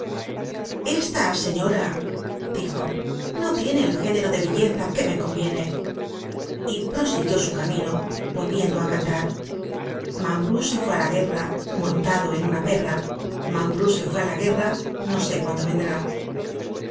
esta señora dijo no tiene el género de belleza que me conviene y prosiguió su camino volviendo á cantar mambrú se fué á la guerra montado en una perra mambrú se fué á la guerra no sé cuándo vendrá